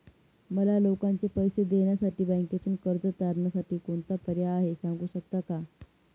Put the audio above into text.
मला लोकांचे पैसे देण्यासाठी बँकेतून कर्ज तारणसाठी कोणता पर्याय आहे? सांगू शकता का?